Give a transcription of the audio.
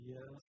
Yes